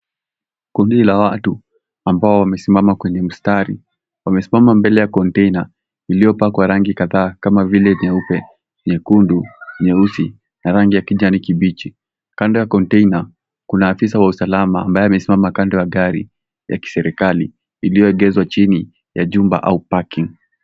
Kundi la watu amabao wamesimama kwenye mstari wamesimama mbele ya container liliopakwa rangi kadhaa kama vile nyeupe nyekundu nyeusi na rangi ya kijani kibichi kando ya container kuna afisa wa usalama ambaye amesimama kando ya gari ya kiserekali lililoegezwa chini ya jumba au parking.